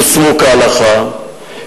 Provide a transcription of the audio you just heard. יושמו כהלכה,